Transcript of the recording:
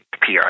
PR